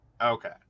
Okay